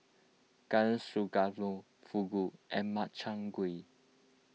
Garden Stroganoff Fugu and Makchang Gui